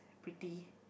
pretty